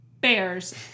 bears